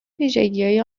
ویژگیهای